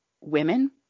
women